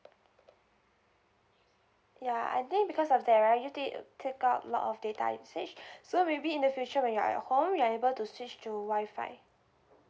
ya I think because of that youtube take up a lot of data usage so maybe in the future when you're at home you're able to switch to Wi-Fi